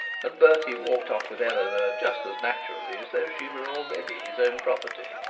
and bertie walked off with eleanor just as naturally as though she were already his own property.